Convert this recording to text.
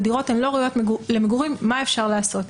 הדירות אינן ראויות למגורים מה אפשר לעשות?